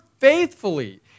faithfully